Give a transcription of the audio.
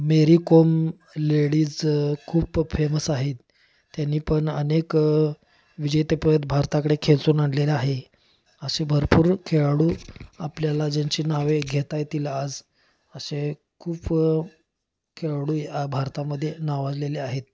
मेरी Kom ladies खूप famous आहेत त्यांनी पण अनेक विजेतेपद भारताकडे खेचून आणलेलं आहे असे भरपूर खेळाडू आपल्याला ज्यांची नावे घेता येतील आज असे खूप खेळाडू आ भारतामध्ये नावाजलेले आहेत